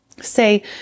say